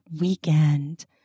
weekend